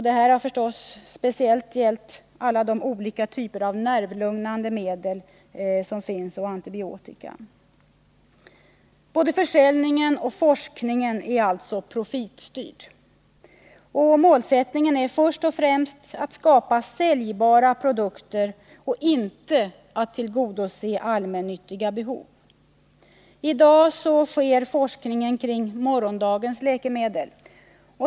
Detta har speciellt gällt alla olika typer av nervlugnande medel och antibiotika. Både försäljning och forskning är alltså profitstyrd. Målsättningen är först och främst att skapa säljbara produkter och inte att tillgodose allmännyttiga behov. I dag sker forskning kring morgondagens läkemedel.